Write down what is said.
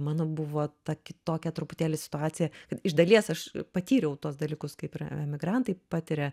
mano buvo ta kitokia truputėlį situacija kad iš dalies aš patyriau tuos dalykus kaip ir emigrantai patiria